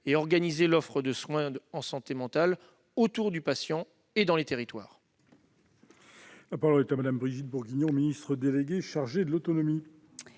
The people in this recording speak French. et organiser l'offre de soins en santé mentale autour du patient et dans les territoires